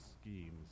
schemes